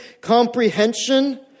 comprehension